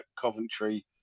Coventry